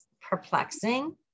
perplexing